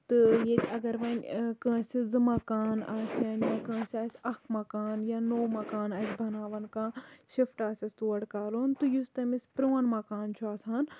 تہٕ ییٚلہِ اَگر وۄنۍ کٲنسہِ زٕ مَکان آسہِ یا کٲنسہِ آسہِ اکھ مَکان یا نو مَکان اَتہِ بَناون کانہہ شِفٹ آسیٚس تور کَرُن کیوں کہِ یُس تٔمِس پرون مَکان چھُ آسان